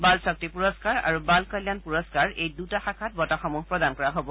বাল শক্তি পুৰহাৰ আৰু বাল কল্যাণ পুৰহাৰ এই দুটা শাখাত বঁটাসমূহ প্ৰদান কৰা হব